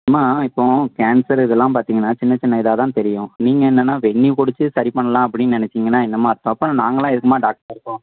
அம்மா இப்போது கேன்சர் இதெல்லாம் பார்த்தீங்கன்னா சின்ன சின்ன இதாக தான் தெரியும் நீங்கள் என்னென்னா வெந்நீர் குடித்து சரி பண்ணலாம் அப்படின்னு நெனைச்சீங்கன்னா என்னம்மா அர்த்தம் அப்புறம் நாங்கெல்லாம் எதுக்கும்மா டாக்டராக இருக்கோம்